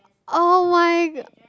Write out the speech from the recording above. oh-my-god